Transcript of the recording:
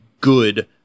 good